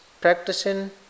practicing